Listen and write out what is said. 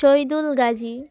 Shahidul Gazi